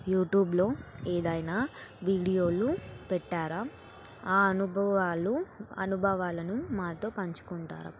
యూట్యూబ్లో ఏదైనా వీడియోలు పెట్టారా ఆ అనుభవాలు అనుభవాలను మాతో పంచుకుంటారా